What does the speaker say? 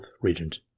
regent